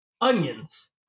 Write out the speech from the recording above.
onions